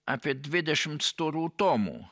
apie dvidešimt storų tomų